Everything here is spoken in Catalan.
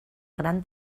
gran